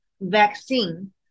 vaccine